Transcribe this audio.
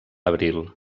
abril